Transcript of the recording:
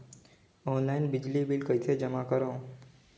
Online बिजली bill कइसे जमा करव?